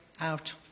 out